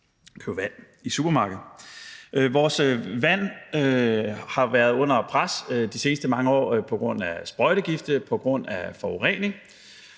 købe vand i supermarkedet. Vores vand har været under pres de seneste mange år på grund af sprøjtegifte og på grund af forurening,